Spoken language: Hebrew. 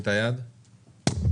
הצבעה